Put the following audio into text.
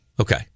Okay